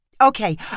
Okay